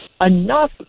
enough